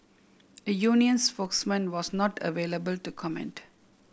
a union spokesman was not available to comment